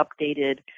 updated